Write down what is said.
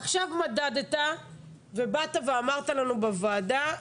עכשיו מדדת ואמרת לנו בוועדה: